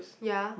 ya